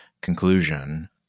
conclusion